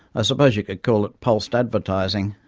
ah suppose you could call it pulsed advertising.